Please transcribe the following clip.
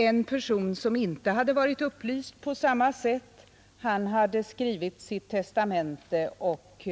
En person, som inte hade fått upplysningar på samma sätt, hade skrivit sitt testamente, och